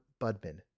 Budman